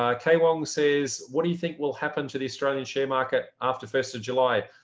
ah kay wang says, what do you think will happen to the australian share market after first of july?